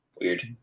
weird